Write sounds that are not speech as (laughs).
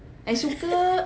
(laughs)